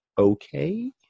okay